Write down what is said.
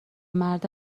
مرد